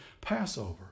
Passover